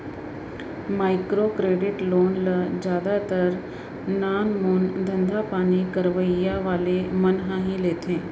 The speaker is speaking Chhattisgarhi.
माइक्रो क्रेडिट लोन ल जादातर नानमून धंधापानी करइया वाले मन ह ही लेथे